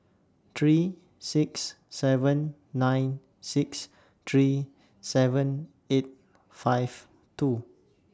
three six seven nine six three seven eight five two